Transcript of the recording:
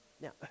Now